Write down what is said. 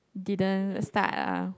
didn't start ah